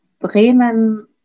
Bremen